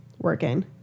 working